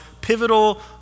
pivotal